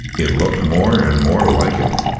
it looked more and more like it.